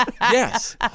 yes